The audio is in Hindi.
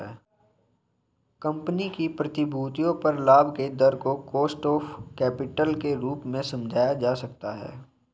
कंपनी की प्रतिभूतियों पर लाभ के दर को कॉस्ट ऑफ कैपिटल के रूप में समझा जा सकता है